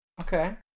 Okay